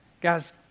Guys